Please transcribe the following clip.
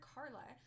Carla